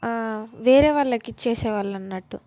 వేరే వాళ్ళకి ఇచ్చేసే వాళ్ళు అన్నట్టు